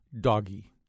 Doggy